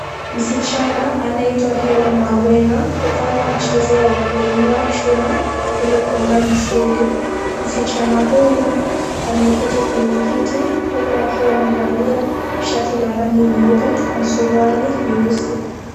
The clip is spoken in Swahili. Msichana anaitwa Helen Wawera, hufanya mchezo wa kuinua chuma ili kuunga misuli. Msichana huyu, ameketi kwenye kiti, huku akiwa amevalia shati la rangi nyeupe na suruali nyeusi.